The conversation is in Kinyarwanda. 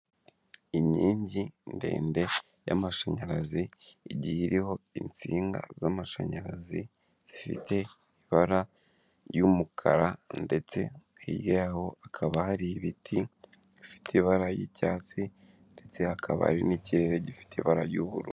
Inkingi ndende y'amashanyarazi igiye iriho insinga z'amashanyarazi zifite ibara ry'umukara, ndetse hirya yaho hakaba hari ibiti bifite ibara ry'icyatsi ndetse hakaba hari n'ikirere gifite ibara y'ubururu.